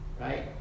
right